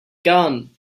gun